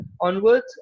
onwards